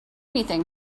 anything